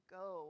go